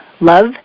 love